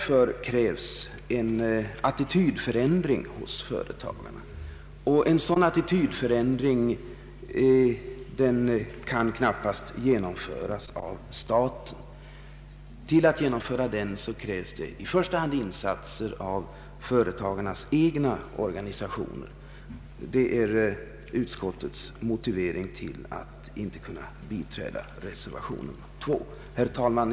Det krävs en attitydförändring hos företagarna, och en sådan kan knappast åstadkommas av staten. För det krävs i första hand insatser av företagarnas egna organisationer. Detta är utskottets motivering till att inte kunna biträda reservationen 2. Herr talman!